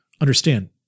understand